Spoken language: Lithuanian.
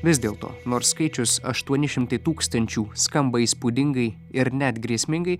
vis dėlto nors skaičius aštuoni šimtai tūkstančių skamba įspūdingai ir net grėsmingai